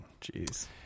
Jeez